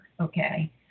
okay